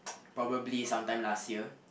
probably some time last year